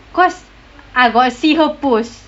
because I got see her post